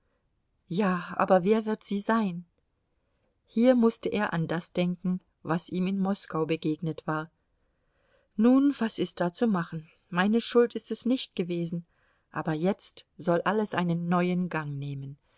ja aber wer wird sie sein hier mußte er an das denken was ihm in moskau begegnet war nun was ist da zu machen meine schuld ist es nicht gewesen aber jetzt soll alles einen neuen gang nehmen